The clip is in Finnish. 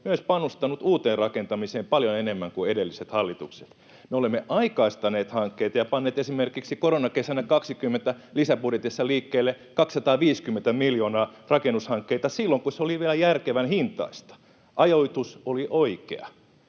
myös panostanut uuteen rakentamiseen paljon enemmän kuin edelliset hallitukset. Me olemme aikaistaneet hankkeita ja panneet esimerkiksi koronakesänä 20 lisäbudjetissa liikkeelle rakennushankkeita, 250 miljoonaa, silloin, kun se oli vielä järkevän hintaista. Ajoitus oli oikea.